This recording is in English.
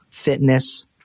fitness